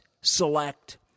select